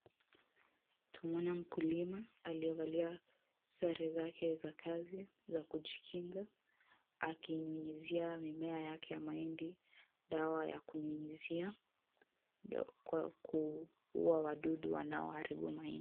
Twamwona mkulima aliyevalia sare zake za kazi za kujikinga akinyunyizia mimea yake ya mahindi dawa ya kunyunyizia kwa kuua wadudu wanaoharibu mahindi.